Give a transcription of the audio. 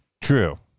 True